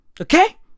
Okay